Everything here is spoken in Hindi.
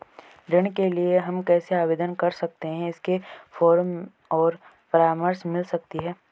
ऋण के लिए हम कैसे आवेदन कर सकते हैं इसके फॉर्म और परामर्श मिल सकती है?